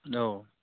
औ